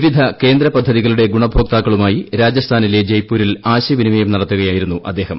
വിവിധ കേന്ദ്ര പദ്ധതികളുടെ ഗുണഭോക്താക്കളുമായി രാജസ്ഥാനിലെ ജയ്പൂരിൽ ആശയവിനിമയം നടത്തുകയായിരുന്നു അദ്ദേഹം